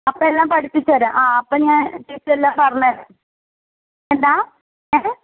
അപ്പം എല്ലാം പഠിപ്പിച്ച് തരാം ആ അപ്പം ഞാൻ ചേച്ചി എല്ലാം പറഞ്ഞു തരാം എന്താ ഏ